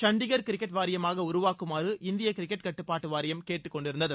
Chandigarh cricket வாரியமாக உருவாக்குமாறு இந்திய கிரிக்கெட் கட்டுப்பாட்டு வாரியம் கேட்டுக்கொண்டிருந்தது